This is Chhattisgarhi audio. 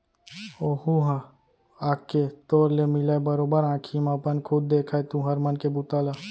ओहूँ ह आके तोर ले मिलय, बरोबर आंखी म अपन खुद देखय तुँहर मन के बूता ल